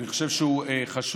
אני חושב שהוא חשוב,